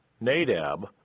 Nadab